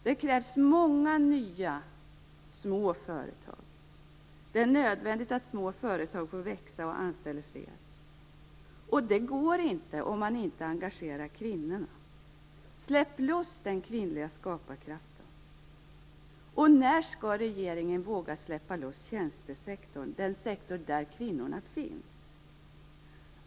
Det krävs många nya små företag, och det är nödvändigt att små företag får växa och att de anställer fler. Det går inte om inte kvinnorna engageras. Släpp loss den kvinnliga skaparkraften! Och när skall regeringen våga släppa loss tjänstesektorn, den sektor där kvinnorna finns?